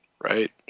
Right